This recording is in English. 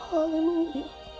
Hallelujah